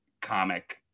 comic